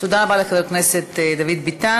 תודה רבה לחבר הכנסת דוד ביטן.